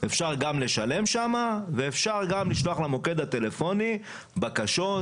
אפשר לשלם וגם אפשר לשלוח למוקד הטלפוני בקשות